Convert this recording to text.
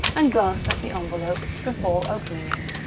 and glanced at the envelope before opening it.